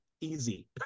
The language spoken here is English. easy